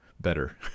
better